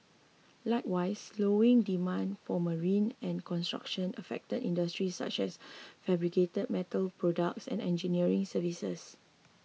likewise slowing demand for marine and construction affected industries such as fabricated metal products and engineering services